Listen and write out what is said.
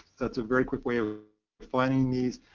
that's a very quick way of finding these.